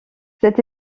cette